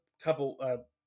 couple